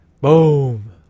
Boom